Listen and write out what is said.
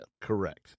correct